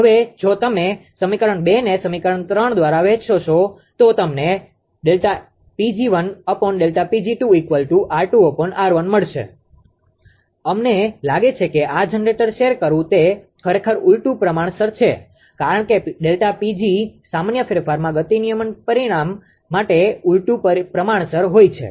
હવે જો તમે સમીકરણ 2 ને સમીકરણ 3 દ્વારા વહેંચશો તો તમને મળશે અમને લાગે છે કે આ જનરેટર શેર કરવું તે ખરેખર ઉલટું પ્રમાણસર છે કારણ કે Δ𝑃𝑔 સામાન્ય ફેરફારમાં ગતિ નિયમન પરિમાણ માટે ઉલટું પ્રમાણસર હોય છે